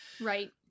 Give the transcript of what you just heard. right